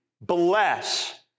bless